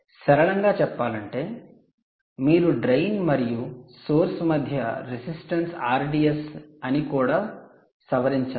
సరళంగా చెప్పాలంటే మీరు డ్రెయిన్ మరియు సోర్స్ మధ్య రెసిస్టెన్స్ RDS అని కూడా సవరించాలి